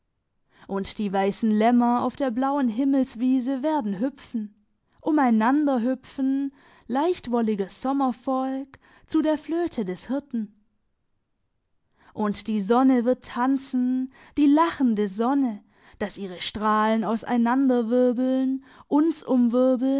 und die weissen lämmer auf der blauen himmelswiese werden hüpfen umeinander hüpfen leichtwolliges sommervolk zu der flöte des hirten und die sonne wird tanzen die lachende sonne dass ihre strahlen auseinander wirbeln uns